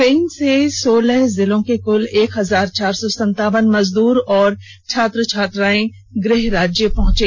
train से सोलह जिले को क्ल एक हजार चार सौ संतावन मजदूरों और छात्र छात्राएं गृह राज्य पहुंचे